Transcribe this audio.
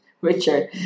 Richard